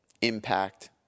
Impact